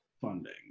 funding